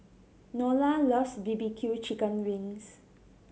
Nola loves B B Q chicken wings